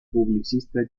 publicista